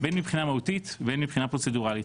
הן מבחינה מהותית והן מבחינה פרוצדורלית.